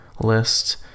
list